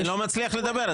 אני לא מצליח לדבר.